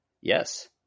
Yes